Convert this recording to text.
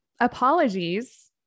Apologies